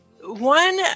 one